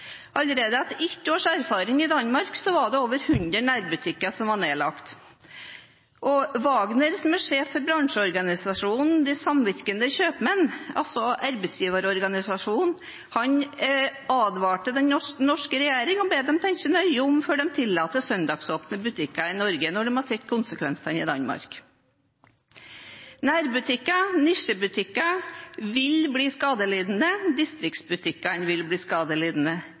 Allerede etter ett års erfaring i Danmark var over 100 nærbutikker nedlagt. Wagner, som er sjef for bransjeorganisasjonen De Samvirkende Købmænd, altså arbeidsgiverorganisasjonen, advarer den norske regjering og ber den tenke seg nøye om før den tillater søndagsåpne butikker i Norge – når man har sett konsekvensene i Danmark. Nærbutikker og nisjebutikker vil bli skadelidende. Distriktsbutikkene vil bli skadelidende.